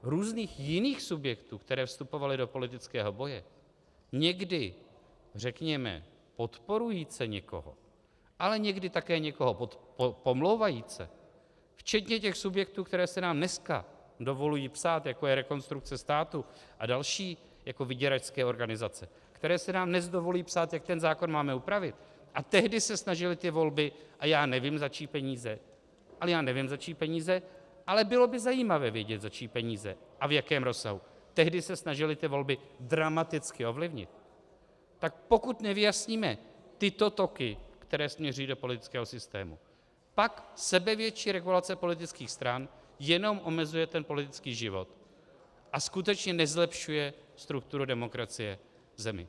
Různých jiných subjektů, které vstupovaly do politického boje, někdy, řekněme, podporujíce někoho, ale někdy také někoho pomlouvajíce, včetně těch subjektů, které si nám dneska dovolují psát, jako je Rekonstrukce státu a další vyděračské organizace, které si nám dnes dovolují psát, jak ten zákon máme upravit, a tehdy se snažily ty volby, a já nevím, za čí peníze, ale bylo by zajímavé vědět, za čí peníze a v jakém rozsahu, tehdy se snažily ty volby dramaticky ovlivnit, tak pokud nevyjasníme tyto toky, které směřují do politického systému, pak sebevětší regulace politických stran jenom omezuje ten politický život a skutečně nezlepšuje strukturu demokracie v zemi.